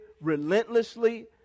relentlessly